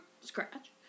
scratch